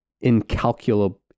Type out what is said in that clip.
incalculable